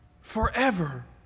forever